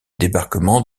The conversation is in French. débarquement